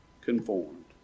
conformed